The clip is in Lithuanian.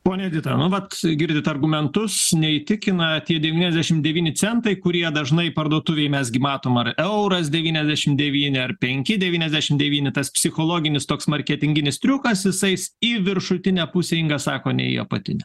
ponia edita nu vat girdit argumentus neįtikina tie devyniasdešim devyni centai kurie dažnai parduotuvėj mes gi matom ar euras devyniasdešim devyni ar penki devyniasdešim devyni tas psichologinis toks marketinginis triukas jis eis į viršutinę pusę inga sako ne į apatinę